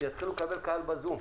שיתחילו לקבל קהל בזום.